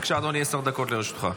בבקשה, אדוני, עשר דקות לרשותך.